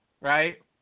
right